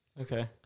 Okay